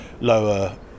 lower